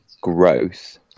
growth